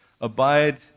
Abide